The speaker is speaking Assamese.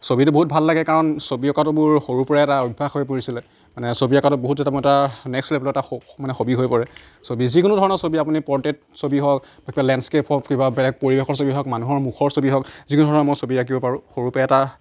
ছবিটো বহুত ভাল লাগে কাৰণ ছবি অঁকাতো মোৰ সৰুৰপৰাই এটা অভ্যাস হৈ পৰিছিলে মানে ছবি অঁকাতো বহুত এটা মই এটা নেক্সট লেভেলত এটা হ' মানে হবী হৈ পৰে ছবি যিকোনো ধৰণৰ ছবি আপুনি পৰ্টেইট ছবি হওক বা কিবা লেণ্ডস্কেপ হওক কিবা বেলেগ পৰিৱেশৰ ছবি হওক মানুহৰ মুখৰ ছবি হওক যিকোনো ধৰণৰ মই ছবি আঁকিব পাৰোঁ সৰুৰপৰাই এটা